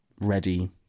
ready